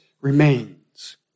remains